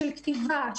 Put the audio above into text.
של כתיבה,